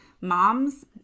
moms